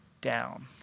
down